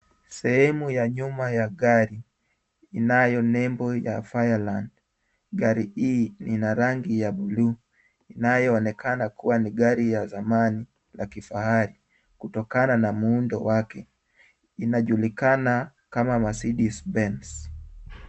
Sehemu ya nyuma ya gari inayo nembo ya Fireland, gari hii ni na rangi ya buluu inayoonekana kuwa ni gari ya zamani la kifahari kutokana na muundo wake, inajulikana kama Mercedice Benz.